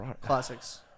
classics